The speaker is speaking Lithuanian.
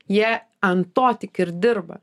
jie ant to tik ir dirba